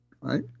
right